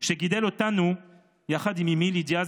שגידל אותנו עם אימי לידיה,